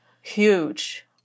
huge